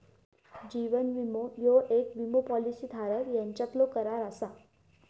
जीवन विमो ह्यो विमो पॉलिसी धारक यांच्यातलो करार असा